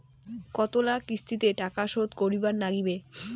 কতোলা কিস্তিতে টাকা শোধ করিবার নাগীবে?